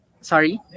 Sorry